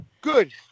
Good